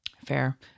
fair